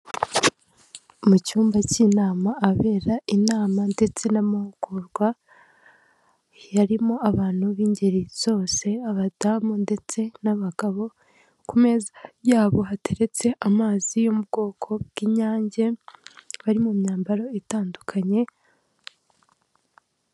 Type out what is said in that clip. Mu cyumba cy'inama ahabera inama ndetse n'amahugurwa, harimo abantu b'ingeri zose abadamu ndetse n'abagabo ku meza yabo hateretse amazi yo mu bwoko bw'Inyange, bari mu myambaro itandukanye.